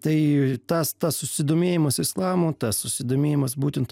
tai tas tas susidomėjimas islamu tas susidomėjimas būtent